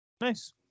Nice